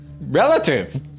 relative